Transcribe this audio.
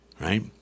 right